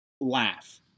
laugh